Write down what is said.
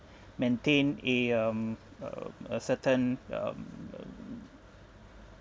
maintain a um uh a certain um